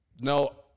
No